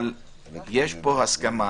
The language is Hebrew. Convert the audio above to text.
אבל יש פה הסכמה